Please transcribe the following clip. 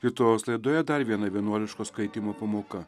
lietuvos laidoje dar viena vienuoliško skaitymo pamoka